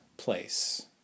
place